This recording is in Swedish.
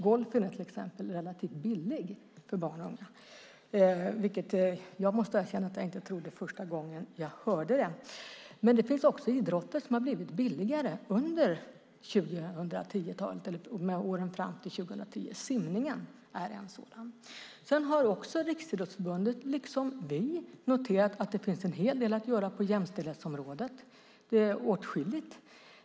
Golfen är till exempel relativt billig för barn och unga, vilket jag måste erkänna att jag inte trodde första gången jag hörde det. Men det finns också idrotter som har blivit billigare under 2010 eller under åren fram till 2010. Simningen är en sådan. Sedan har Riksidrottsförbundet, liksom vi, noterat att det finns en hel del att göra på jämställdhetsområdet. Det är åtskilligt.